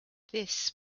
this